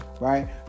right